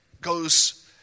Goes